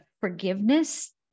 forgiveness